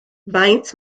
faint